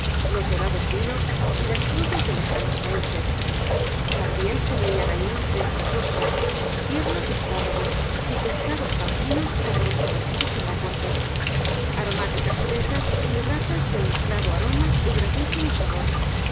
los dorados vinos y las frutas de lejanos países también se veían allí frescas ostras tiernos espárragos y pescados tan finos como desconocidos en la corte aromáticas fresas y urracas de almizclado aroma y gratísimo sabor